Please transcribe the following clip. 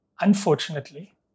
unfortunately